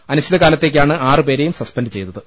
അനിശ്ചിത കാലത്തേയ്ക്കാണ് ആറ് പേരെയും സസ്പെൻഡ് ചെയ്തത്